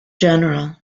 general